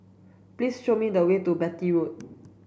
please show me the way to Beatty Road